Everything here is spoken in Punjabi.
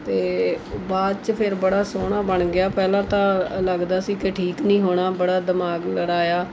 ਅਤੇ ਬਾਅਦ 'ਚ ਫਿਰ ਬੜਾ ਸੋਹਣਾ ਬਣ ਗਿਆ ਪਹਿਲਾਂ ਤਾਂ ਲੱਗਦਾ ਸੀ ਕਿ ਠੀਕ ਨਹੀਂ ਹੋਣਾ ਬੜਾ ਦਿਮਾਗ ਲੜਾਇਆ